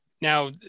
Now